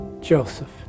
joseph